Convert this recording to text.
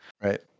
Right